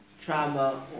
trauma